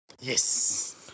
Yes